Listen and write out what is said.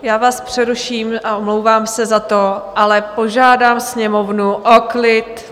Já vás přeruším a omlouvám se za to, ale požádám sněmovnu o klid.